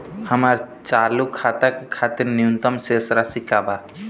हमार चालू खाता के खातिर न्यूनतम शेष राशि का बा?